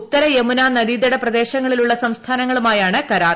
ഉത്തര യമുനാ നദീതട പ്രദേശങ്ങളിലുള്ള സംസ്ഥാനങ്ങളുമായാണ് കരാർ